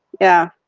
yeah.